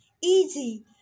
Easy